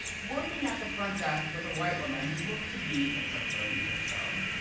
working at the front desk, was a white woman who looked to be in her thirty s or so,